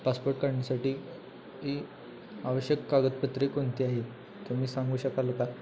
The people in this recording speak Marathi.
पासपोट काढण्यासाठी ही आवश्यक कागदपत्रे कोणती आहे तुम्ही सांगू शकाल का